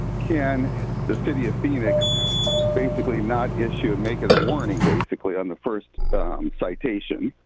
can the city of phoenix basically not issue and make it a warning, basically, on the first citation,